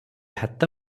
ହାତ